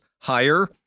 higher